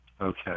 Okay